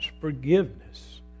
forgiveness